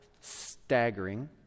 staggering